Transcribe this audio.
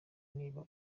niba